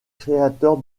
créateur